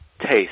taste